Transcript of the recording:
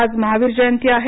आज महावीर जयंती आहे